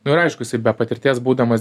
nu ir aišku jisai be patirties būdamas